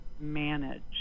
manage